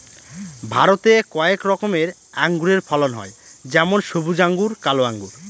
ভারতে কয়েক রকমের আঙুরের ফলন হয় যেমন সবুজ আঙ্গুর, কালো আঙ্গুর